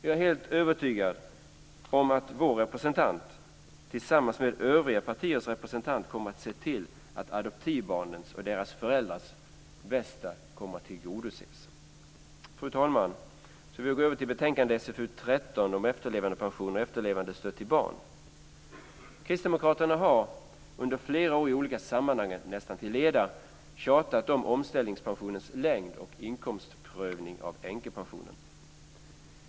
Jag är helt övertygad om att vår representant tillsammans med övriga partiers representanter kommer att se till att adoptivbarnens och deras föräldrars bästa kommer att tillgodoses. Fru talman! Så vill jag gå över till betänkande Kristdemokraterna har under flera år i olika sammanhang nästan till leda tjatat om omställningspensionens längd och inkomstprövning av änkepensionen.